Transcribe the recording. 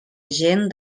gent